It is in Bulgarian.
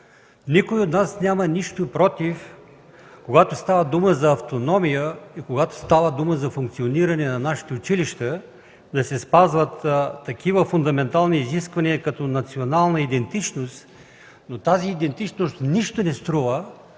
Никой от нас няма нищо против, когато става дума за автономия и когато става дума за функциониране на нашите училища, да се спазват такива фундаментални изисквания като национална идентичност, но тя нищо не струва,